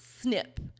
snip